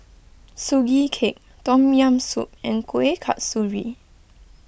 Sugee Cake Tom Yam Soup and Kuih Kasturi